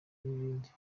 n’ibindi